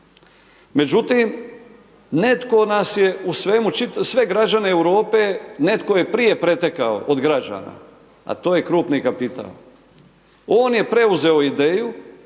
Međutim, netko nas je u svemu, sve građane Europe, netko je prije pretekao od građana, a to je krupni kapital. On je preuzeo ideju